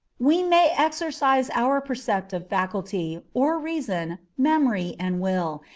we may exercise our perceptive faculty, or reason, memory, and will,